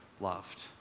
loved